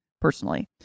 personally